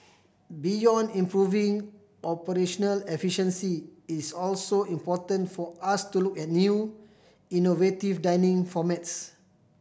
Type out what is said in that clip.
beyond improving operational efficiency it's also important for us to look at new innovative dining formats